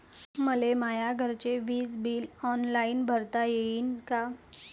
मले माया घरचे विज बिल ऑनलाईन भरता येईन का?